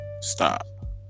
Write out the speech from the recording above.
Stop